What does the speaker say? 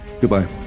Goodbye